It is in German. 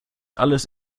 alles